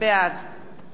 רוברט אילטוב,